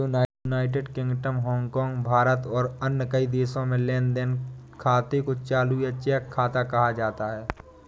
United Kingdom, Hong Kong, Bharat और कई अन्य देशों में लेन देन खाते को चालू या चेक खाता कहा जाता है